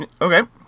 Okay